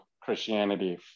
Christianity